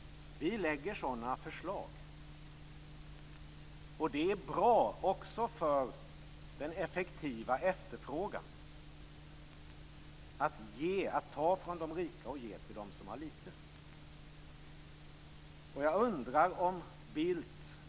Vi lägger fram sådana förslag. Det är bra också för den effektiva efterfrågan att ta från de rika och ge till dem som har litet.